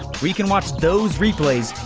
where you can watch those replays,